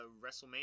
WrestleMania